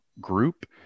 group